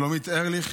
לשלומית ארליך,